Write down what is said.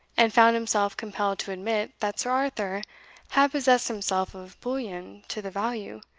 and found himself compelled to admit, that sir arthur had possessed himself of bullion to the value,